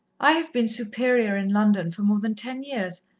i have been superior in london for more than ten years,